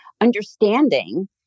understanding